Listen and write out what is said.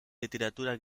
literatura